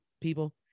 People